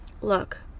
Look